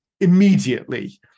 immediately